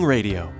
Radio